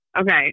Okay